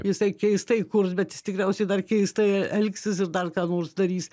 jisai keistai kurs bet jis tikriausiai dar keistai elgsis ir dar ką nors darys